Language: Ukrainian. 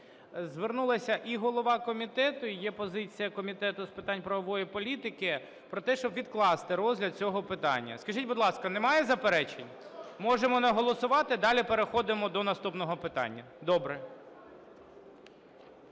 Звернулися і голова комітету і є позиція Комітету з питань правової політики про те, щоб відкласти розгляд цього питання. Скажіть, будь ласка, немає заперечень? Можемо не голосувати. Далі переходимо до наступного питання. Добре.